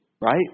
right